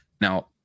Now